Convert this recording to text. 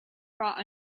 brought